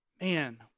Man